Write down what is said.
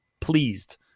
pleased